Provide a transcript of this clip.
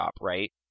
right